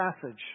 passage